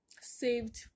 saved